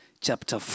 chapter